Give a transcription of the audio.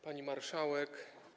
Pani Marszałek!